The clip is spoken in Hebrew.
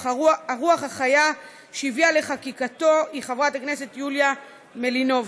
אך הרוח החיה שהביאה לחקיקתו היא חברת הכנסת יוליה מלינובסקי.